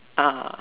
ah